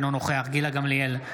אינו נוכח גילה גמליאל,